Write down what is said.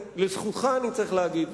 לזכותך אני צריך להגיד,